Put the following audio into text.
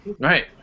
Right